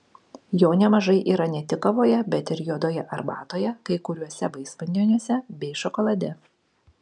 jo nemažai yra ne tik kavoje bet ir juodoje arbatoje kai kuriuose vaisvandeniuose bei šokolade